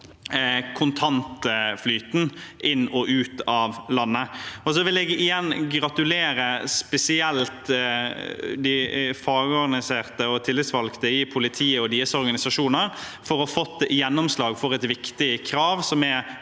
kontantflyten inn og ut av landet. Så vil jeg igjen gratulere spesielt de fagorganiserte og tillitsvalgte i politiet og deres organisasjoner for å ha fått gjennomslag for et viktig krav, som er